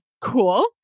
Cool